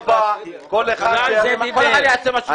כל אחד יעשה מה שהוא רוצה.